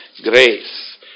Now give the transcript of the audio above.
grace